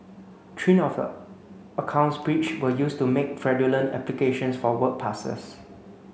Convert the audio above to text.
three of the accounts breached were used to make fraudulent applications for work passes